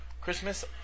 Christmas